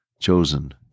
chosen